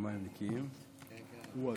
שקט במליאה, בבקשה.